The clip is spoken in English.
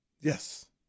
Yes